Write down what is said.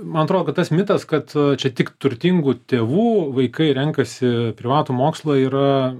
man atrodo tas mitas kad čia tik turtingų tėvų vaikai renkasi privatų mokslą yra